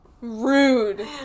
rude